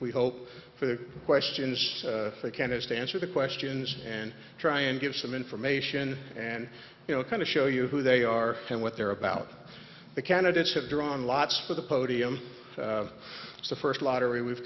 we hope for the questions the candidates to answer the questions and try and give some information and you know kind of show you who they are and what they're about the candidates have drawn lots for the podium the first lottery we've